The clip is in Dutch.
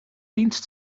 dienst